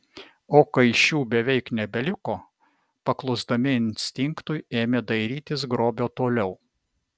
o kai šių beveik nebeliko paklusdami instinktui ėmė dairytis grobio toliau